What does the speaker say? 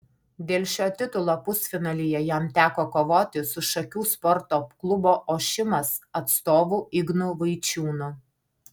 dėl šio titulo pusfinalyje jam teko kovoti su šakių sporto klubo ošimas atstovu ignu vaičiūnu